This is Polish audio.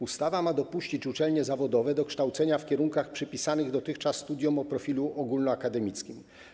Ustawa ma dopuścić uczelnie zawodowe do kształcenia na kierunkach przypisanych dotychczas studiom o profilu ogólnoakademickim.